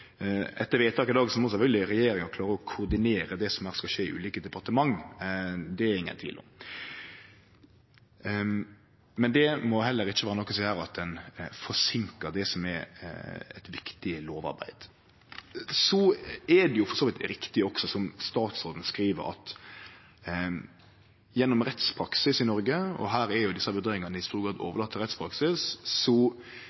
etter vedtaket i dag må sjølvsagt regjeringa klare å koordinere det som skal skje i dei ulike departementa, det er det ingen tvil om, men det må heller ikkje vere noko som gjer at ein forsinkar det som er eit viktig lovarbeid. Det er for så vidt riktig, som statsråden skriv, at gjennom rettspraksis i Noreg – desse vurderingane er jo i stor grad